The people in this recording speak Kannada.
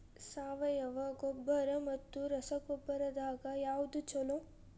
ಸಾವಯವ ಗೊಬ್ಬರ ಮತ್ತ ರಸಗೊಬ್ಬರದಾಗ ಯಾವದು ಛಲೋ?